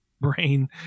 brain